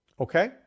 Okay